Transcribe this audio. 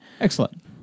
Excellent